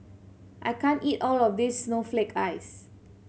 I can't eat all of this snowflake ice